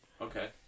Okay